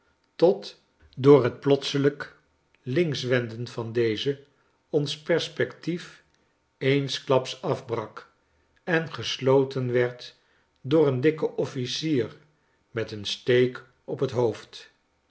tot door het plotselijk links wenden van deze ons perspectief eensklaps afbrak en gesloten werd door een dikken officier met een steek op het hoofd